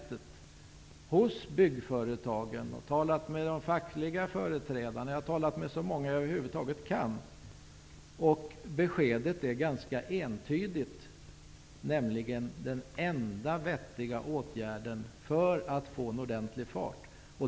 Jag har varit ute hos byggföretagen och talat med fackliga företrädare. Jag har talat med så många som jag över huvud taget kan tala med. Beskedet är ganska entydigt. Det talas om den enda vettiga åtgärden för att få ordentlig fart.